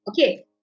Okay